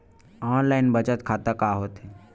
Online बचत खाता का होथे?